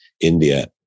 India